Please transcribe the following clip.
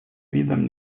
видом